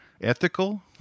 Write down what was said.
ethical